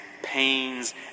pains